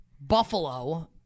Buffalo